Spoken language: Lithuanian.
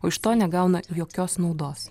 o iš to negauna jokios naudos